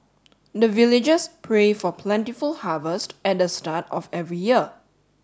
the villagers pray for plentiful harvest at the start of every year